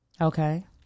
Okay